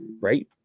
right